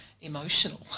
emotional